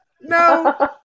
No